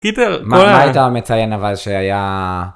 קיצר, כל... מה היית מציין אבל שהיה